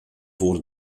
wurde